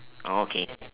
okay